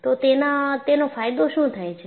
તો તેનો ફાયદો શું થાય છે